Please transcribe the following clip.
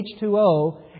H2O